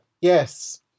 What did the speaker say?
Yes